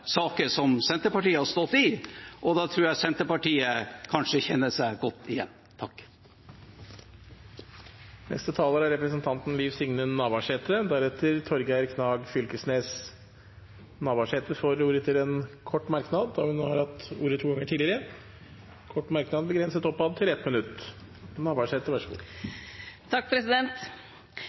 saker som Senterpartiet har stått i, og da tror jeg Senterpartiet kanskje kjenner seg godt igjen. Representanten Liv Signe Navarsete har hatt ordet to ganger tidligere og får ordet til en kort merknad, begrenset til 1 minutt. Berre ei lita saksopplysning til samferdsleministeren: 45 pst. vekst var i den fyrste fireårsperioden. Så